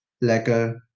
legal